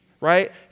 right